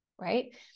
right